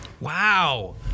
Wow